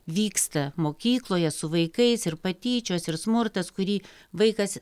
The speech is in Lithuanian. vyksta mokykloje su vaikais ir patyčios ir smurtas kurį vaikas